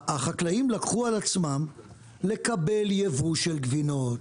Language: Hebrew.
החקלאים לקחו על עצמם לקבל ייבוא של גבינות,